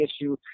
issue